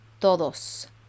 Todos